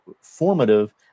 formative